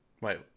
Wait